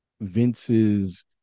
Vince's